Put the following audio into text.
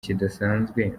kidasanzwe